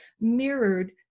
mirrored